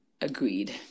agreed